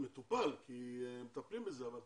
כי מטפלים בזה, אבל